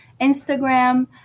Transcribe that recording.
Instagram